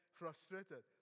frustrated